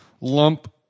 lump